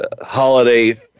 holiday